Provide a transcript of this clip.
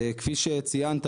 כפי שציינת,